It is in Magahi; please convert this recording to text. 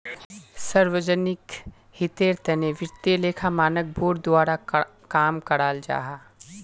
सार्वजनिक हीतेर तने वित्तिय लेखा मानक बोर्ड द्वारा काम कराल जाहा